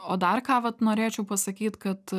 o dar ką vat norėčiau pasakyt kad